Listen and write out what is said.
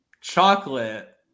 Chocolate